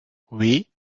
oui